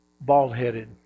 bald-headed